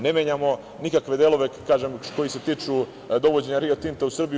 Ne menjamo nikakve delove koji se tiču dovođenja Rio Tinta u Srbiju.